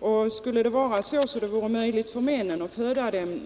Och skulle det vara möjligt för män att föda